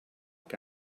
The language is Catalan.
que